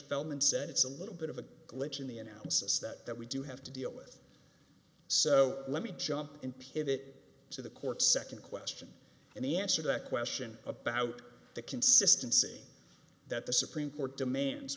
feldman said it's a little bit of a glitch in the analysis that we do have to deal with so let me jump in pivot to the court second question and the answer to that question about the consistency that the supreme court demands